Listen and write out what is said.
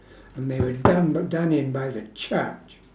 and they were done but done in by the church